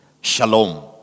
shalom